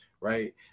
right